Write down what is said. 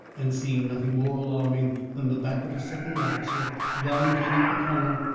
and seeing nothing more alarming than the back of a second officer lounging at the corner,